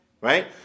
Right